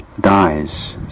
dies